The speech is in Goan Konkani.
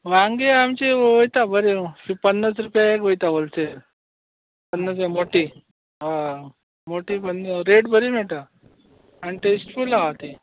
वांगी आमचीं वयता बरी अशीं पन्नास रुपया एक वयता व्होलसेल पन्नास रुपया मोटी हय मोटी म्हण रेट बरी मेळटा आनी टेस्टफूल हा ती